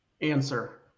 answer